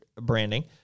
branding